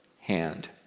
hand